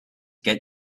get